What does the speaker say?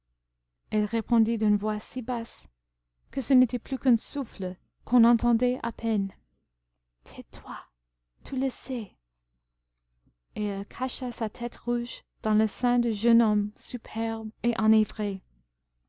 elle répondit d'une voix si basse que ce n'était plus qu'un souffle qu'on entendait à peine tais-toi tu le sais et elle cacha sa tête rouge dans le sein du jeune homme superbe et enivré